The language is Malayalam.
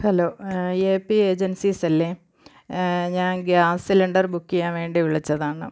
ഹലോ എ പി ഏജൻസീസല്ലേ ഞാൻ ഗ്യാസ് സിലിണ്ടർ ബുക്ക് ചെയ്യാൻ വേണ്ടി വിളിച്ചതാണ്